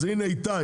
איתי,